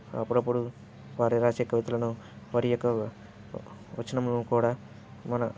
అప్పుడప్పుడు వారు రాసే కవితలను వారి యొక్క వచనములు కూడా మన